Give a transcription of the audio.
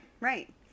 Right